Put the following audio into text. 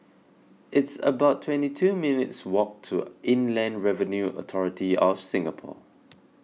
it's about twenty two minutes' walk to Inland Revenue Authority of Singapore